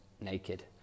naked